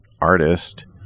artist